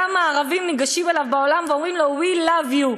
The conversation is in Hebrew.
כשכמה ערבים ניגשים אליו בעולם ואומרים לו "we love you".